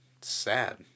sad